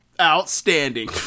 outstanding